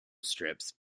strips